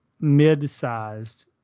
mid-sized